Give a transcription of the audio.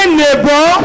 neighbor